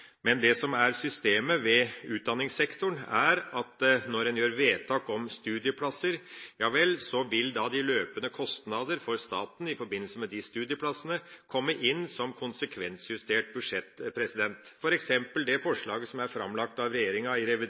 Men det som er systemet i utdanningssektoren, er at når en gjør vedtak om studieplasser, vil de løpende kostnader for staten i forbindelse med de studieplassene komme inn som konsekvensjustert budsjett, f.eks. det forslaget som er framlagt av regjeringa i revidert